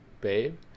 babe